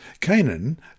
canaan